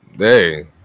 Hey